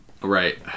Right